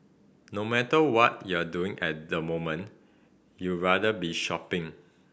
no matter what you're doing at the moment you rather be shopping